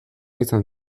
izan